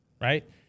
Right